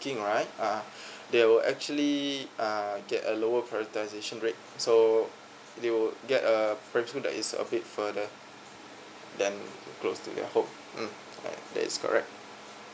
working right uh they will actually uh get a lower prioritisation grade so they will get uh prioritisation that is a bit further than um close to their home mm uh that's correct